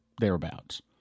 thereabouts